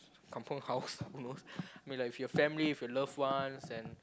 kampung house who knows I mean like if your family if your loved ones and